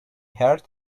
heard